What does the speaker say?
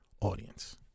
audience